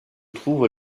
trouve